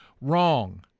wrong